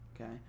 okay